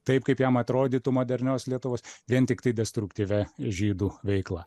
taip kaip jam atrodytų modernios lietuvos vien tiktai destruktyvia žydų veikla